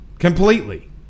Completely